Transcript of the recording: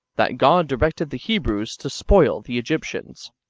that god directed the hebrews to spoil the egyptians,